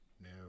no